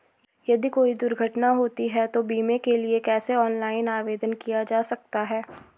यदि कोई दुर्घटना होती है तो बीमे के लिए कैसे ऑनलाइन आवेदन किया जा सकता है?